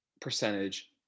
percentage